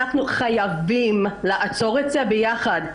אנחנו חייבים לעצור את זה ביחד,